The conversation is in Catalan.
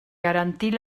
garantir